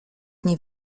nie